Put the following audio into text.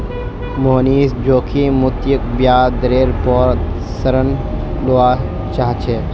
मोहनीश जोखिम मुक्त ब्याज दरेर पोर ऋण लुआ चाह्चे